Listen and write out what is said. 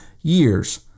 years